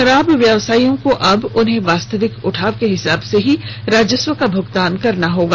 शराब व्यवसायियों को अब उन्हें वास्तविक उठाव के हिसाब से ही राजस्व का भुगतान करना होगा